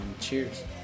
cheers